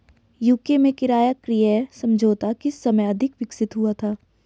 UK में किराया क्रय समझौता किस समय अधिक विकसित हुआ था?